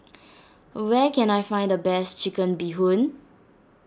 where can I find the best Chicken Bee Hoon